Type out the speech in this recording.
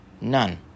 None